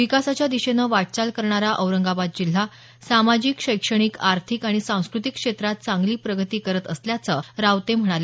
विकासाच्या दिशेनं वाटचाल करणारा औरंगाबाद जिल्हा सामाजिक शैक्षणिक आर्थिक आणि सांस्कृतिक क्षेत्रात चांगली प्रगती करत असल्याचं रावते म्हणाले